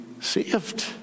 saved